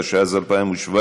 התשע"ז 2017,